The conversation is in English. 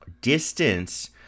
distance